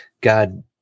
God